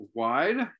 wide